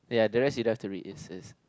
ya the rest you don't have to read it's